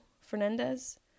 Fernandez